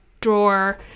drawer